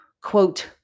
quote